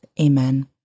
Amen